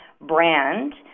brand